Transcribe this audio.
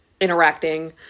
interacting